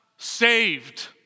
Saved